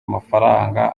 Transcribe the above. mafaranga